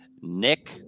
Nick